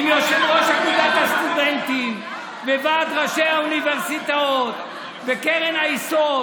עם יושב-ראש אגודת הסטודנטים וועד ראשי האוניברסיטאות וקרן היסוד